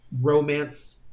romance